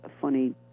funny